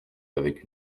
avec